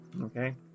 Okay